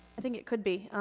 i think it could be.